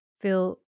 feel